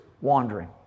wandering